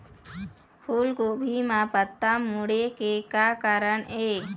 फूलगोभी म पत्ता मुड़े के का कारण ये?